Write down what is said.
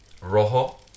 Rojo